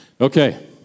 Okay